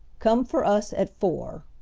come for us at four.